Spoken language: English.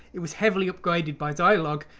it was heavily upgraded by zilog.